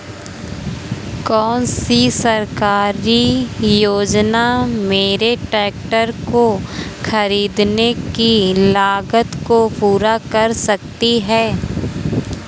कौन सी सरकारी योजना मेरे ट्रैक्टर को ख़रीदने की लागत को पूरा कर सकती है?